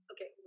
okay